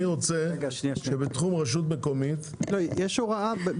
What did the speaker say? אני רוצה שבתחום רשות מקומית --- יש הוראה.